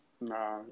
Nah